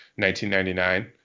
1999